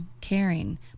caring